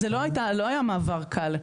זה לא היה מעבר קל.